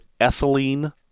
ethylene